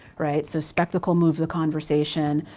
right. so, spectacle moved the conversation.